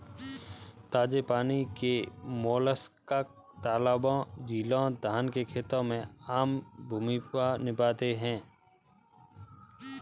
ताजे पानी के मोलस्क तालाबों, झीलों, धान के खेतों में आम भूमिका निभाते हैं